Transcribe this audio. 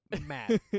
mad